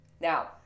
Now